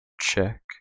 check